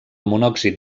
monòxid